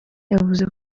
yavuze